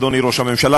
אדוני ראש הממשלה,